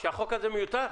שהחוק הזה מיותר?